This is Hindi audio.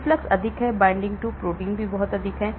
efflux अधिक है binding to protein भी बहुत अधिक है